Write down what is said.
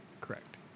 Correct